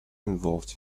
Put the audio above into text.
involved